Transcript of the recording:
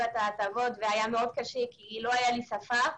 ההטבות וזה היה מאוד קשה כי לא ידעתי את השפה.